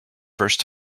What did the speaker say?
first